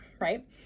right